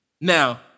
Now